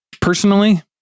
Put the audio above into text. Personally